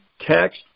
text